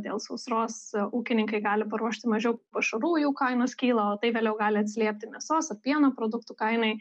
dėl sausros ūkininkai gali paruošti mažiau pašarų jau kainos kyla o tai vėliau gali atsiliepti mėsos ar pieno produktų kainai